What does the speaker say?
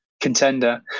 contender